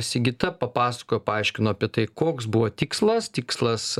sigita papasakojo paaiškino apie tai koks buvo tikslas tikslas